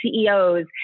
CEOs